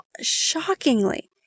shockingly